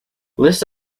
list